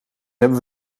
hebben